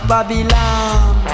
Babylon